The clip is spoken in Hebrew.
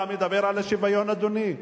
אתה מדבר על השוויון, אדוני?